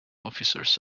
officers